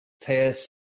test